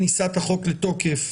כיוון שמנהל הוועדה עסוק בענייני הזום,